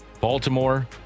Baltimore